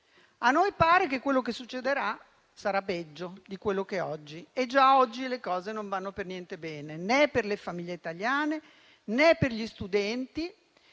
A noi pare che quello che succederà sarà peggio di quello che è oggi. Già oggi le cose non vanno per niente bene, né per le famiglie italiane, né per gli studenti